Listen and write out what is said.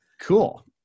Cool